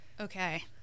Okay